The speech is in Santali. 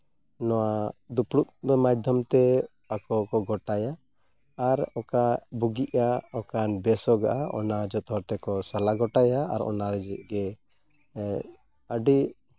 ᱱᱚᱣᱟ ᱫᱩᱯᱲᱩᱵᱽ ᱢᱟᱫᱽᱫᱷᱚᱢᱛᱮ ᱟᱠᱚ ᱠᱚ ᱜᱚᱴᱟᱭᱟ ᱟᱨ ᱚᱠᱟ ᱵᱩᱜᱤᱜᱼᱟ ᱚᱠᱟ ᱵᱮᱥᱚᱜᱼᱟ ᱚᱱᱟ ᱡᱚᱛᱚ ᱦᱚᱲ ᱛᱮᱠᱚ ᱥᱟᱞᱟ ᱜᱚᱴᱟᱭᱟ ᱟᱨ ᱚᱱᱟ ᱨᱮᱭᱟᱜ ᱜᱮ ᱟᱹᱰᱤ